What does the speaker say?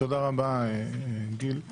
תודה רבה, גיל.